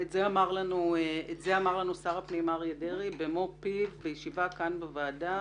את זה אמר לנו שר הפנים אריה דרעי במו פיו בישיבה כאן בוועדה.